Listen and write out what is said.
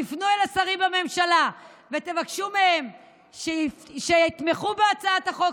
תפנו אל השרים בממשלה ותבקשו מהם שיתמכו בהצעת החוק